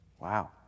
Wow